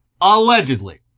Allegedly